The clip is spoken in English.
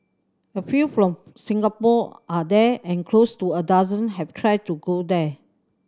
a few from Singapore are there and close to a dozen have tried to go there